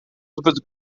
zbyt